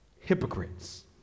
hypocrites